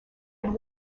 had